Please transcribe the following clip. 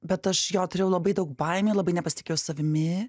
bet aš jo turėjau labai daug baimė labai nepasitikėjau savimi